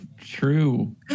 true